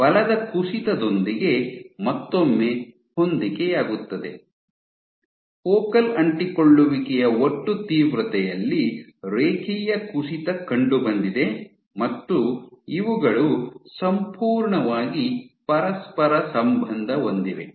ಬಲದ ಕುಸಿತದೊಂದಿಗೆ ಮತ್ತೊಮ್ಮೆ ಹೊಂದಿಕೆಯಾಗುತ್ತದೆ ಫೋಕಲ್ ಅಂಟಿಕೊಳ್ಳುವಿಕೆಯ ಒಟ್ಟು ತೀವ್ರತೆಯಲ್ಲಿ ರೇಖೀಯ ಕುಸಿತ ಕಂಡುಬಂದಿದೆ ಮತ್ತು ಇವುಗಳು ಸಂಪೂರ್ಣವಾಗಿ ಪರಸ್ಪರ ಸಂಬಂಧ ಹೊಂದಿವೆ